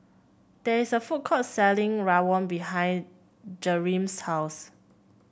there is a food court selling rawon behind Jereme's house